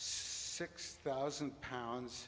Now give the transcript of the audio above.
six thousand pounds